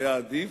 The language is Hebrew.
היה עדיף,